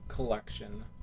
Collection